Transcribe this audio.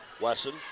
Wesson